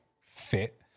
fit